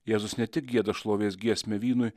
jėzus ne tik gieda šlovės giesmę vynui